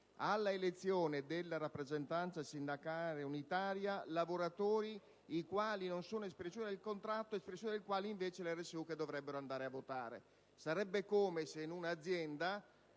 all'elezione della rappresentanza sindacale unitaria lavoratori i quali non sono espressione del contratto come invece le RSU che dovrebbero votare. Sarebbe come se in un'azienda